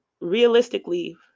realistically